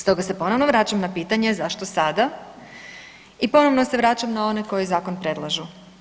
Stoga se ponovno vraćam na pitanje zašto sada i ponovno se vraćam na one koji zakon predlažu.